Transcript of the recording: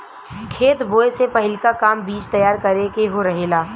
खेत बोए से पहिलका काम बीज तैयार करे के रहेला